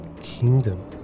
kingdom